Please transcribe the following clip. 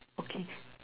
okay